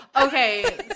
okay